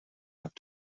have